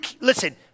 Listen